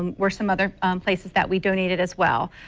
um where some other places that we donated as well.